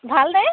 ভালনে